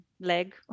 leg